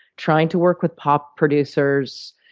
trying to work with pop producers,